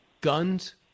Guns